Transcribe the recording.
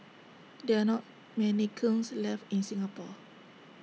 there are not many kilns left in Singapore